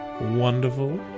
wonderful